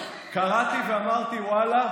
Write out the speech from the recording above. קראתי ואמרתי: ואללה,